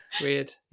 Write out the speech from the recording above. weird